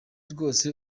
rwose